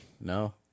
No